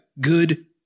good